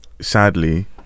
sadly